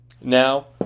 Now